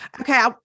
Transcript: Okay